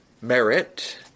merit